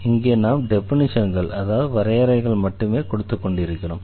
இங்கே நாம் டெஃபினிஷன்கள் அதாவது வரையறைகளை மட்டுமே கொடுத்து கொண்டிருக்கிறோம்